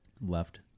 left